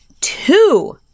two